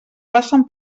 passen